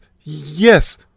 yes